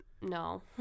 no